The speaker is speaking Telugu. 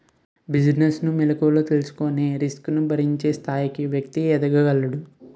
బిజినెస్ లో మెలుకువలు తెలుసుకొని రిస్క్ ను భరించే స్థాయికి వ్యక్తి ఎదగగలడు